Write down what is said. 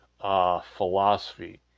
philosophy